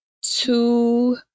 two